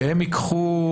שהם ייקחו